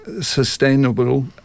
sustainable